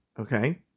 Okay